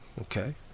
okay